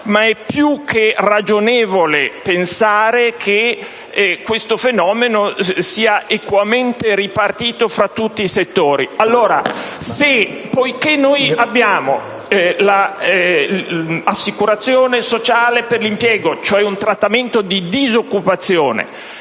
ma è più che ragionevole pensare che questo fenomeno sia equamente ripartito fra tutti i settori. Poiché esiste l'assicurazione sociale per l'impiego, cioè un trattamento di disoccupazione